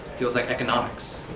feels like economics,